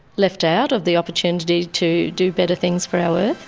left out of the opportunity to do better things for our earth.